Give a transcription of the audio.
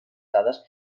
dades